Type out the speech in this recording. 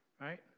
right